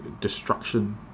destruction